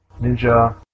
Ninja